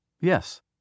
Yes